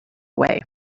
way